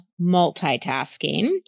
multitasking